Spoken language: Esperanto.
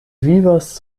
vivas